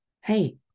hey